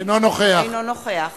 אינו נוכח